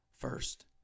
first